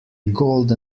gold